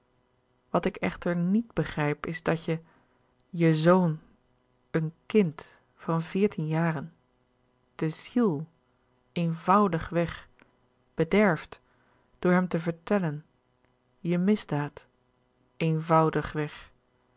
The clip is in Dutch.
wat ik echter niet begrijp is dat je je zoon een kind van veertien jaren de ziel eenvoudigweg bederft door hem te vertellen je misdaad eenvoudigweg